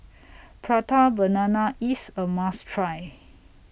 Prata Banana IS A must Try